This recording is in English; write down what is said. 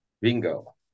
bingo